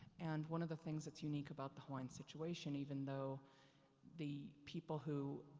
and one of the things that's unique about the hawaiian situation, even though the people who,